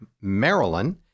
Maryland